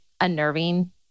unnerving